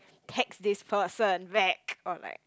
text this person that or like